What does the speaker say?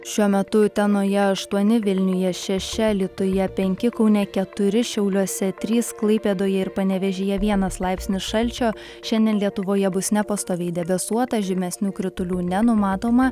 šiuo metu utenoje aštuoni vilniuje šeši alytuje penki kaune keturi šiauliuose trys klaipėdoje ir panevėžyje vienas laipsnis šalčio šiandien lietuvoje bus nepastoviai debesuota žymesnių kritulių nenumatoma